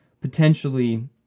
potentially